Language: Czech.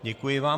Děkuji vám.